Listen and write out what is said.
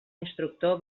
instructor